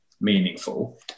meaningful